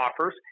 offers